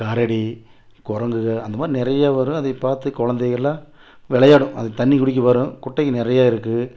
கரடி குரங்குக அந்த மாதிரி நிறையா வரும் அதை பார்த்து குழந்தைகெல்லாம் விளையாடும் அது தண்ணி குடிக்க வரும் குட்டைகள் நிறைய இருக்குது